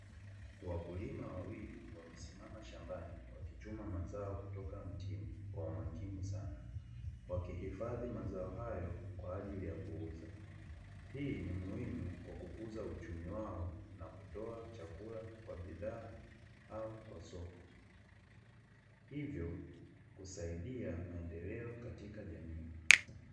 Wakulima wawili wamesimama shambani wakichuma mazao kutoka mtini kwa umakini sana wakihifadhi mazao hayo kwa ajili ya kuuza, hii ni muhimu kwa kukuza uchumi wao na kutoa chakula kwa bidhaa au kwa soko, hivyo husaidia maendeleo katika jamii.